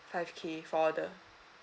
five K for the